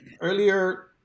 earlier